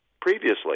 previously